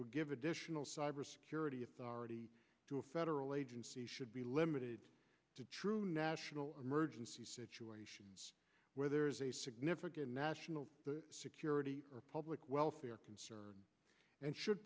will give additional cybersecurity authority to a federal agency should be limited to true national emergency situations where there is a significant national security public welfare concern and should